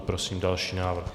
Prosím další návrh.